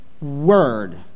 word